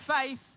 faith